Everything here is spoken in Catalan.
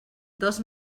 dels